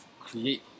create